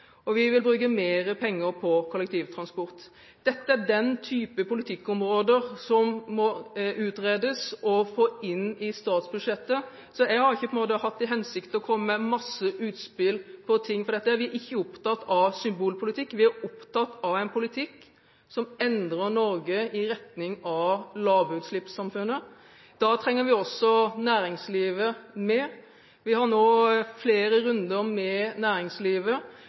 og vi vil bruke mer penger på kollektivtransport. Dette er den type politikkområder som må utredes og fås inn i statsbudsjettet. Jeg har ikke hatt til hensikt å komme med masse utspill, for vi er ikke opptatt av symbolpolitikk. Vi er opptatt av en politikk som endrer Norge i retning av lavutslippssamfunnet. Da trenger vi også å ha med næringslivet. Vi har nå flere runder med næringslivet